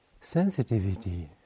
Sensitivity